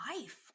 life